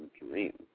dream